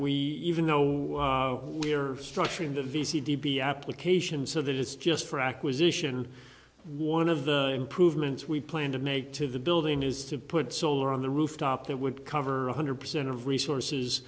we even know we are structuring the v c d b application so that it's just for acquisition one of the improvements we plan to make to the building is to put solar on the rooftop that would cover one hundred percent of resources